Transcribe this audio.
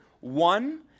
One